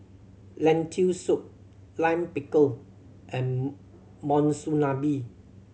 Lentil Soup Lime Pickle and Monsunabe